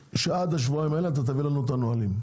עד השבועיים האלה אתה תביא לנו את הנהלים,